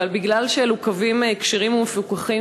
אבל מכיוון שאלו קווים כשרים ומפוקחים,